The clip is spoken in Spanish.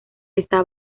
está